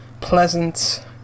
pleasant